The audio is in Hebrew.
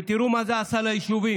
ותראו מה זה עשה ליישובים,